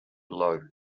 low